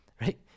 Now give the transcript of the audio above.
right